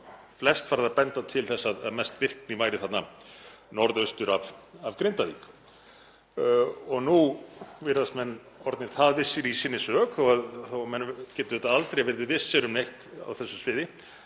flest farið að benda til þess að mest virkni væri þarna norðaustur af Grindavík og nú virðast menn orðnir það vissir í sinni sök, þó að menn geti auðvitað aldrei verið vissir um neitt á þessu sviði,